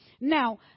Now